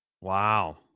Wow